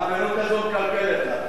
החברות הזאת מקלקלת לה.